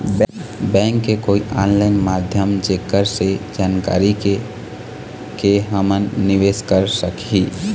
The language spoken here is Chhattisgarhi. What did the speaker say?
बैंक के कोई ऑनलाइन माध्यम जेकर से जानकारी के के हमन निवेस कर सकही?